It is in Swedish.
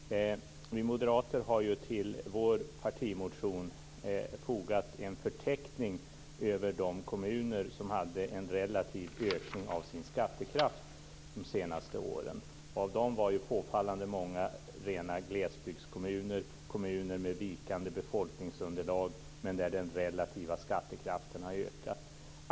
Fru talman! Jag har en kort och enkel fråga till Vi moderater har ju till vår partimotion fogat en förteckning över de kommuner som hade en relativ ökning av sin skattekraft de senaste åren. Av dem var påfallande många rena glesbygdskommuner, kommuner med vikande befolkningsunderlag men där den relativa skattekraften har ökat.